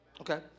Okay